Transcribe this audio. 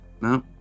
No